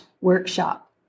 workshop